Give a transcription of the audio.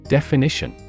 Definition